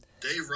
Dave